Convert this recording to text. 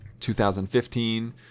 2015